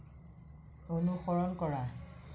অনুসৰণ কৰা